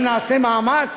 אם נעשה מאמץ,